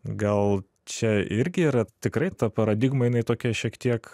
gal čia irgi yra tikrai ta paradigma jinai tokia šiek tiek